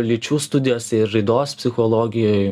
lyčių studijos ir raidos psichologijoj